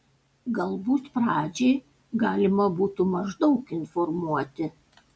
galbūt pradžiai galima būtų maždaug informuoti